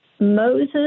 Moses